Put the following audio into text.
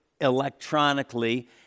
electronically